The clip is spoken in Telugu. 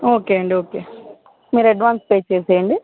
ఓకే అండి ఓకే మీరు అడ్వాన్స్ పే చేసేయండి